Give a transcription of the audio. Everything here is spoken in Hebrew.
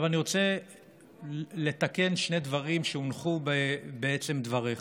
אני רוצה לתקן שני דברים שהונחו בעצם דבריך: